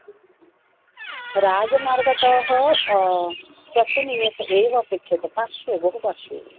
राजमार्गतः चतुर्निमेषाः एव अपेक्ष्यन्ते पार्श्वे बहुपार्श्वे एव